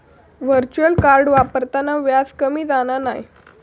virtual card वापरताना व्याज कमी जाणा नाय